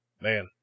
man